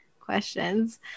questions